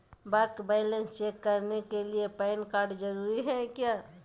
Bank balance check करने के लिए पैन कार्ड जरूरी है क्या?